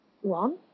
one